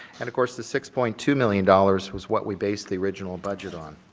and of course, the six point two million dollars was what we based the original budget on.